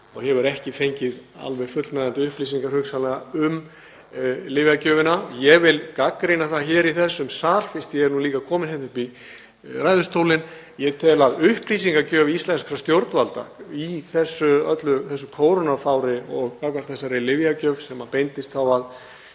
og hefur ekki fengið alveg fullnægjandi upplýsingar hugsanlega um lyfjagjöfina. Ég vil gagnrýna það hér í þessum sal, fyrst ég er líka kominn hingað upp í ræðustólinn, að ég tel að upplýsingagjöf íslenskra stjórnvalda í öllu þessu kórónufári og gagnvart þessari lyfjagjöf, sem beindist þá að